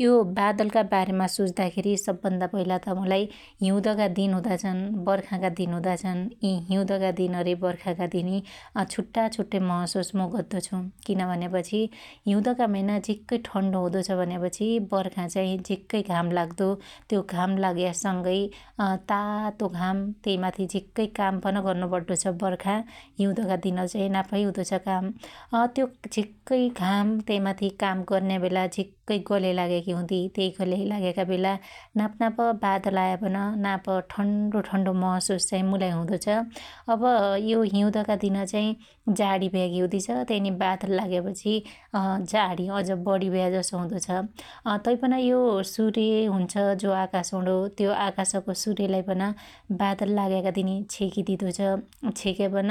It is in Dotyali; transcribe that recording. यो बादलका बारेमा सोच्दाखेरी सबभन्दा पहिला त मुलाई हिँउदका दिन हुदा छन बर्खाका दिन हुदाछन यि हिँउदका दन रे बर्खाका दिनि छुट्टा छुट्टै महशुस म गद्दो छु । किन भन्यापछि हिँउदका महिना झिक्कै ठन्डो हुदो छ भन्यापछी बर्खा चाइ झिक्कै घाम लाग्दो । त्यो घाम लाग्यासंगै तातो घाम त्यै माथि झिक्कै काम पन गर्नु पड्डो छ बर्खा हिँउदका दिन चाइ नापै हुदो छ काम । अत्यो झिक्कै घाम त्यैमाथी काम गर्न्या बेला झिक्कै गल्याइ लाग्याकी हुदी त्यै गल्याई लाग्याका बेला नापनाप बादल आयापन नाप ठन्डो ठन्डो महशुस चाइ मुलाई हुदो छ । अब यो हिँउदका दिन चाइ जाणीभयाकी हुदीछ त्याइनी बादल लाग्यापछी अजाडी अज बढी भयाजसो हुदो छ । तैपन यो सुर्य हुन्छ जो आकाशौणो त्यो आकाशको सुर्यलाई पन बादल लाग्याका दिनि क्षेकी दिदो छ । क्षेक्यापन